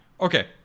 Okay